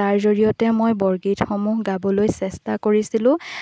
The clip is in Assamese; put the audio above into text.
তাৰ জৰিয়তে মই বৰগীতসমূহ গাবলৈ চেষ্টা কৰিছিলোঁ